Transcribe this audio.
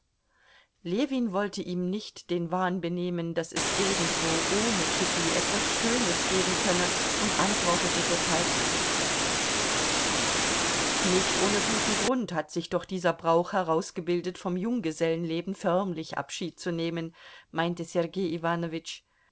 ljewin wollte ihm nicht den wahn benehmen daß es irgendwo ohne kitty etwas schönes geben könne und antwortete deshalb nicht nicht ohne guten grund hat sich doch dieser brauch herausgebildet vom junggesellenleben förmlich abschied zu nehmen meinte sergei